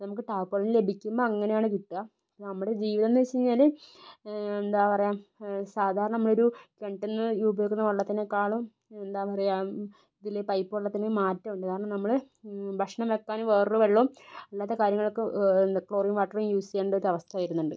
അത് നമുക്ക് ടാപ്പ് വെള്ളം ലഭിക്കുമ്പോൾ അങ്ങനെയാണ് കിട്ട നമ്മടെ ജീവിതം എന്ന് വെച്ചഴിഞ്ഞാല് എന്താ പറയുക സാധാ നമ്മൾ ഒരു കിണറ്റിൽ നിന്ന് ഈ ഉപയോഗിക്കുന്ന വെള്ളത്തിനെക്കാളും എന്താ പറയുക ഇതിലെ പൈപ്പ് വെള്ളത്തിന് മാറ്റം ഉണ്ട് കാരണം നമ്മള് ഭക്ഷണം വെക്കാന് വേറൊരു വെള്ളവും അല്ലാത്ത കാര്യങ്ങളൊക്കെ ക്ലോറിൻ വാട്ടറും യൂസ് ചെയ്യണ്ട ഒരവസ്ഥ വരുന്നുണ്ട്